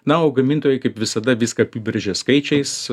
na o gamintojai kaip visada viską apibrėžia skaičiais